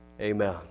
Amen